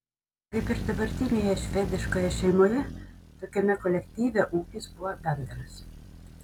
kaip ir dabartinėje švediškoje šeimoje tokiame kolektyve ūkis buvo bendras